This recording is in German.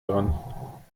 dran